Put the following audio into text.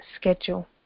schedule